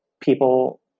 people